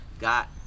got